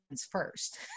first